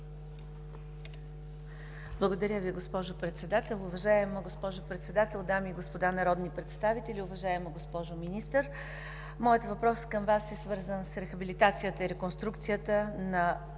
Благодаря Ви, госпожо Председател. Уважаема госпожо Председател, дами и господа народни представители! Уважаема госпожо Министър, моят въпрос към Вас е свързан с рехабилитацията и реконструкцията на